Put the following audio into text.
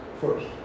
first